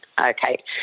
okay